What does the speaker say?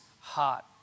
heart